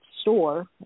store